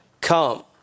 come